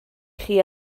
chi